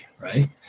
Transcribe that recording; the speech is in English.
right